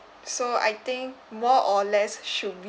so I think more or less should be